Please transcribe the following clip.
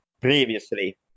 previously